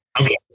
Okay